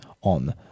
on